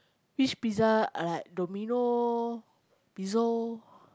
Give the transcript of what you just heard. which pizza I like Domino Pezzo